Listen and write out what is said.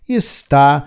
está